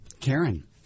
Karen